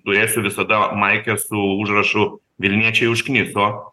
turėsiu visada maikę su užrašu vilniečiai užkniso